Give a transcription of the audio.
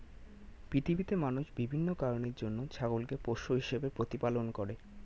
পৃথিবীতে মানুষ বিভিন্ন কারণের জন্য ছাগলকে পোষ্য হিসেবে প্রতিপালন করে